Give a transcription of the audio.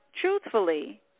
truthfully